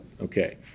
Okay